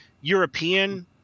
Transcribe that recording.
European